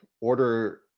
order